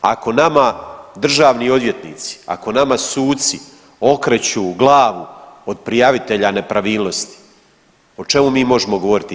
Ako nama državni odvjetnici, ako nama suci okreću glavu od prijavitelja nepravilnosti o čemu mi možemo govoriti.